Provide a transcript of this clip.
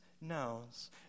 knows